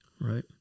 Right